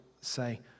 say